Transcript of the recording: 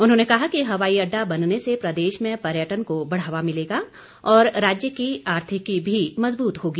उन्होंने कहा कि हवाई अड्डा बनने से प्रदेश में पर्यटन को बढ़ावा मिलेगा और राज्य की आर्थिकी भी मजबूत होगी